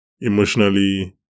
emotionally